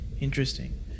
interesting